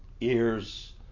ears